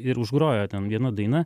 ir užgrojo ten viena daina